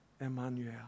Emmanuel